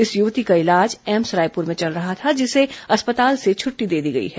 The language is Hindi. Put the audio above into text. इस युवती का इलाज एम्स रायपुर में चल रहा था जिसे अस्पताल से छुट्टी दे दी गई है